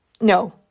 no